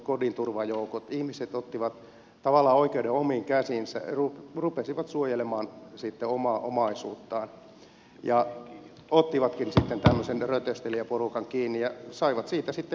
ihmiset ottivat tavallaan oikeuden omiin käsiinsä rupesivat suojelemaan omaa omaisuuttaan ja ottivatkin sitten tämmöisen rötöstelijäporukan kiinni ja saivat siitä sitten tuomion